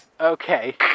Okay